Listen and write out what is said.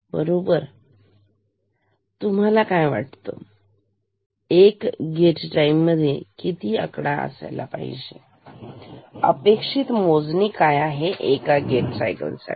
तरतुम्हाला काय वाटतं की 1 गेट टाईम मध्ये किती आकडा असला पाहिजे अपेक्षित मोजणी काय आहे की 1 गेट सायकल साठी